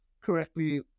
correctly